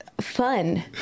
fun